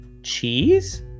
Cheese